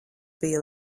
bija